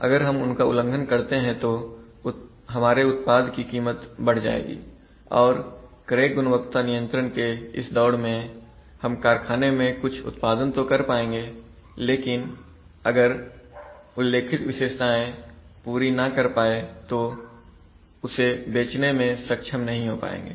अगर हम उनका उल्लंघन करते हैं तो हमारे उत्पाद की कीमत बढ़ जाएगी और कड़े गुणवत्ता नियंत्रण के इस दौर में हम कारखाने में कुछ उत्पादन तो कर पाएंगे लेकिन अगर उल्लेखित विशेषताएं पूरी ना कर पाए तो उसे बेचने में सक्षम नहीं हो पाएंगे